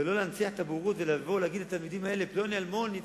ולא להנציח את הבורות ולבוא ולהגיד לתלמידים האלה: פלוני אלמוני,